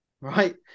right